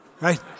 Right